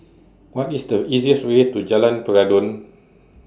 What IS The easiest Way to Jalan Peradun